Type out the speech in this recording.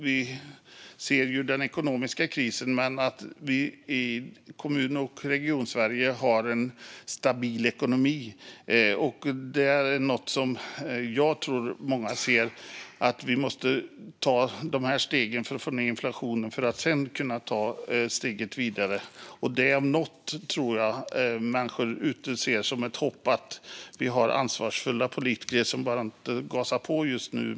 Vi ser ju den ekonomiska krisen, men kommuner och regioner i Sverige har en stabil ekonomi. Jag tror att många förstår att vi måste ta de här stegen för att få ned inflationen för att sedan kunna ta steget vidare. Det om något tror jag att människor ser som ett hopp om att vi har ansvarsfulla politiker som inte bara gasar på just nu.